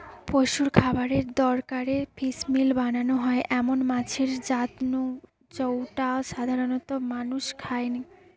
পশুর খাবারের দরকারে ফিসমিল বানানা হয় এমন মাছের জাত নু জউটা সাধারণত মানুষ খায়নি